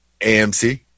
AMC